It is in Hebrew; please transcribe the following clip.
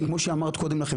כמו שאמרת קודם לכן,